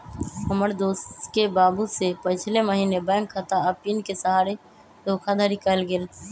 हमर दोस के बाबू से पिछले महीने बैंक खता आऽ पिन के सहारे धोखाधड़ी कएल गेल